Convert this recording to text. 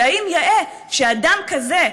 והאם יאה שאדם כזה,